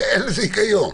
אין לזה היגיון.